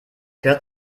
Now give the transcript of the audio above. hört